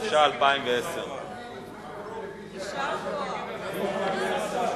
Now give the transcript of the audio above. התש"ע 2010. חוק הרשות